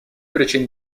причин